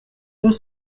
deux